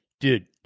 Dude